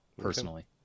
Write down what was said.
personally